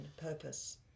purpose